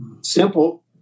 simple